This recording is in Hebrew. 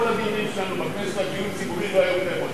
כל הדיונים שלנו בכנסת על דיור ציבורי לא היו מתקיימים.